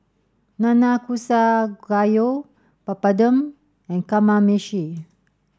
Nanakusa Gayu Papadum and Kamameshi